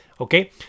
okay